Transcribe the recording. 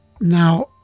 Now